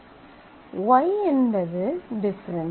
Y என்பது difference